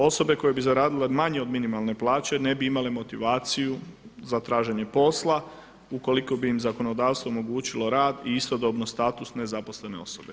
Osobe koje bi zaradile manje od minimalne plaće ne bi imale motivaciju za traženje posla ukoliko bi im zakonodavstvo omogućilo rad i istodobno status nezaposlene osobe.